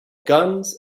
guns